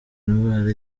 ndwara